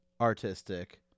artistic